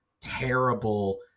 terrible